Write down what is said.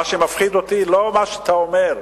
מה שמפחיד אותי זה לא מה שאתה אומר,